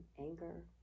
anger